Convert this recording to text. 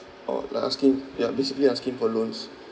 or like asking ya basically asking for loans